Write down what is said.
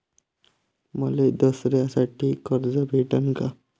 मले दसऱ्यासाठी कर्ज भेटन का?